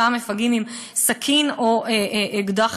אותם מפגעים עם סכין או עם אקדח,